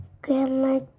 Grandma